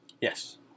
Yes